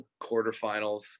quarterfinals